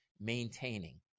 maintaining